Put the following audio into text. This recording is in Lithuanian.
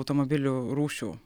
automobilių rūšių